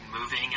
moving